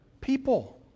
people